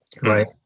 right